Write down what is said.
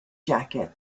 jacket